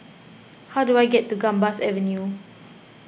how do I get to Gambas Avenue